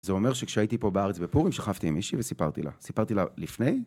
זה אומר שכשהייתי פה בארץ בפורים שכבתי עם מישהי וסיפרתי לה. סיפרתי לה לפני?